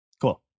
Cool